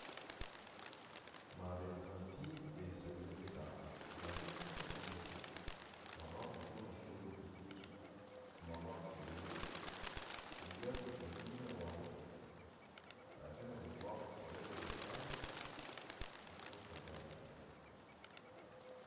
ما بين خمسين لي سبعين ساعه لكن حسب الموسم ، مرات بيكون الشغل كتير ومرات شوية والاجازه الكبيره واحده بس. لكن العطلات الصغيره في الغالب بكون شغال فيها